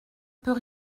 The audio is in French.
peut